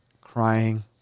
crying